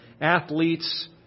athletes